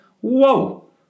Whoa